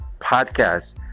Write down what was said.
podcast